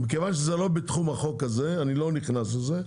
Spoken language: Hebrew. מכיוון שזה לא בתחום החוק הזה אני לא נכנס לזה.